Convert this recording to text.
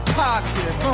pocket